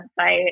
website